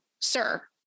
sir